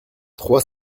trois